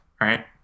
right